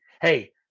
hey